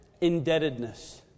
Indebtedness